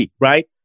right